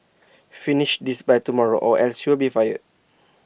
finish this by tomorrow or else you'll be fired